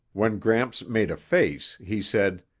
when gramps made a face, he said,